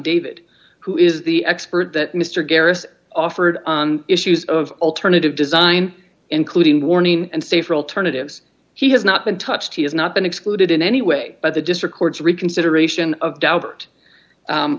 david who is the expert that mr garrett offered on issues of alternative design including warning and safer alternatives he has not been touched he has not been excluded in any way by the just records reconsideration of